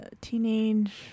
teenage